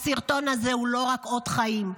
הסרטון הזה הוא לא רק אות חיים,